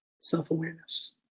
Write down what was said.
self-awareness